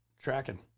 Tracking